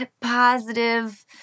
positive